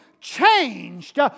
changed